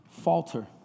falter